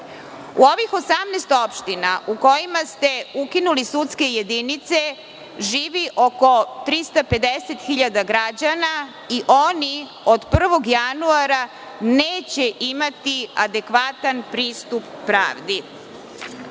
ovih 18 opština u kojima ste ukinuli sudske jedinice živi oko 350.000 građana i oni od 1. januara neće imati adekvatan pristup pravdi.